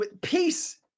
peace